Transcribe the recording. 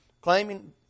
claiming